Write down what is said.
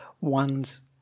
one's